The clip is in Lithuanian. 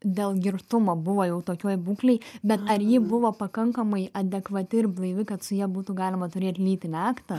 dėl girtumo buvo jau tokioj būklėj bet ar ji buvo pakankamai adekvati ir blaivi kad su ja būtų galima turėt lytinį aktą